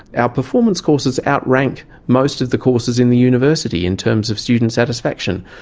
our performance courses outrank most of the courses in the university in terms of student satisfaction.